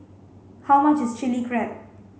how much is Chilli Crab